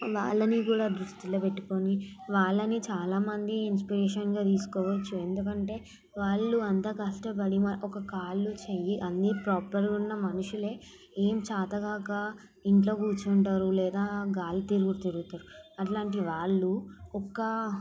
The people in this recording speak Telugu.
వాళ్ళని కూడా దృష్టిలో పెట్టుకొని వాళ్ళని చాలా మంది ఇన్స్పిరేషన్గా తీసుకోవచ్చు ఎందుకంటే వాళ్ళు అంత కష్టపడి మాకు ఒక కాలు చెయ్యి అన్నీ ప్రోపర్గా ఉన్న మనుషులే ఏం చాతకాక ఇంట్లో కూర్చుంటారు లేదా గాలి తిరుగు తిరుగుతారు అట్లాంటి వాళ్ళు ఒక